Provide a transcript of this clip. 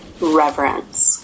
reverence